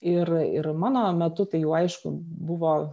ir ir mano metu tai jau aišku buvo